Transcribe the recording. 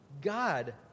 God